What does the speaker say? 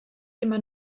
immer